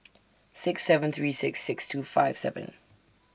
six seven three six six two five seven